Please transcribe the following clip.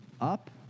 up